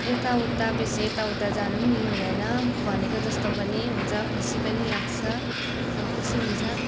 यताउता बेसी यताउता जानु पनि नि दिनुहुँदैन भनेको जस्तो पनि हुन्छ खुसी पनि लाग्छ र खुसी मिल्छ